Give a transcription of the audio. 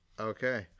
Okay